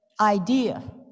idea